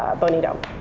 bonito.